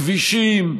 כבישים,